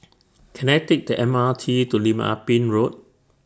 Can I Take The M R T to Lim Ah Pin Road